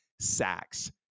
sacks